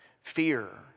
Fear